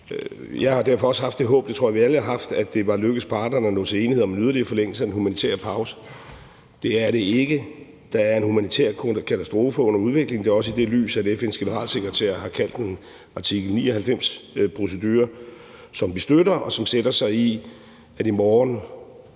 Jeg har derfor også haft det håb – det tror jeg vi alle har haft – at det var lykkedes parterne at nå til enighed om en yderligere forlængelse af den humanitære pause. Det er det ikke. Der er en humanitær katastrofe under udvikling, og det er også i det lys, at FN's generalsekretær har kaldt en artikel 99-procedure, som vi støtter, og som sætter sig i, at man i morgen